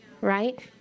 right